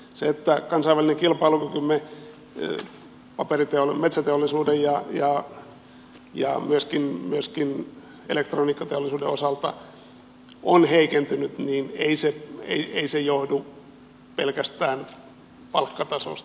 se että kansainvälinen kilpailukykymme metsäteollisuuden ja myöskin elektroniikkateollisuuden osalta on heikentynyt ei johdu pelkästään palkkatasosta